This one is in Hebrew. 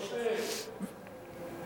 או שניהם.